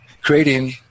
creating